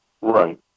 Right